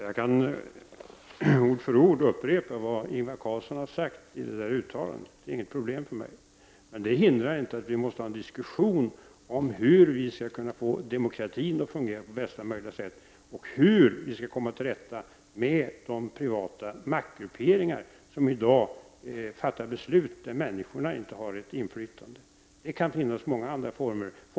Herr talman! Jag kan ord för ord upprepa vad Ingvar Carlsson har sagt i det där uttalandet, som inte är något problem för mig. Men det hindrar inte att vi måste ha en diskussion om hur vi skall få demokratin att fungera på bästa möjliga sätt och om hur vi skall komma till rätta med de privata maktgrupperingar som i dag fattar beslut på vilka människorna inte har något inflytande. Det kan finnas många andra former för detta.